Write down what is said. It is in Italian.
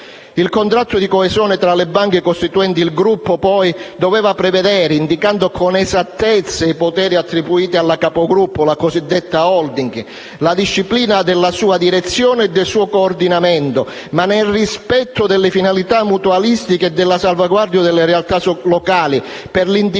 Il contratto di coesione tra le banche costituenti il gruppo doveva inoltre prevedere, indicando con esattezza i poteri attribuiti alla capogruppo (la cosiddetta *holding*), la disciplina della sua direzione e del suo coordinamento, ma nel rispetto delle finalità mutualistiche e della salvaguardia delle realtà locali, per l'individuazione